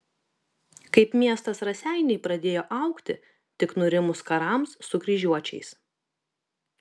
kaip miestas raseiniai pradėjo augti tik nurimus karams su kryžiuočiais